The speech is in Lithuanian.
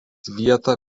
vietą